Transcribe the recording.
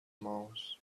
mouse